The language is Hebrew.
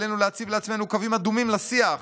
עלינו להציב לעצמנו קווים אדומים לשיח,